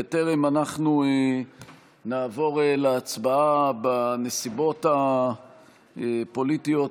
בטרם נעבור להצבעה בנסיבות הפוליטיות